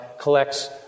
collects